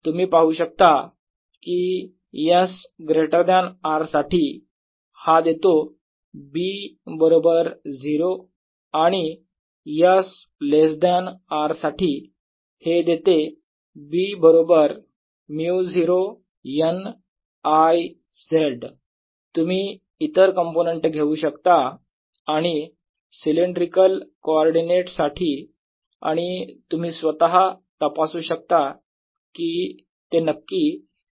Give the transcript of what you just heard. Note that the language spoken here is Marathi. तुम्ही पाहू शकता की s ग्रेटर दॅन R साठी हा देतो B बरोबर 0 आणि s लेस दॅन R साठी हे देते B बरोबर μ0 n I z तुम्ही इतर कंपोनेंट घेऊ शकता आणि सिलेंड्रिकल कोऑर्डिनेट साठी आणि तुम्ही स्वतः तपासू शकता की ते नक्की 0 आहेत